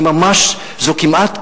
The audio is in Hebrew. זו כמעט קריאה,